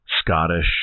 Scottish